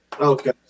Okay